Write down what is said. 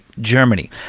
Germany